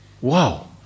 Whoa